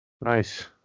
Nice